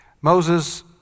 Moses